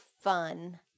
fun